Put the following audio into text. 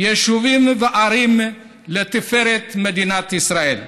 יישובים וערים לתפארת מדינת ישראל.